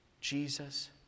Jesus